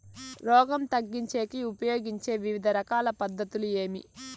రోగం తగ్గించేకి ఉపయోగించే వివిధ రకాల పద్ధతులు ఏమి?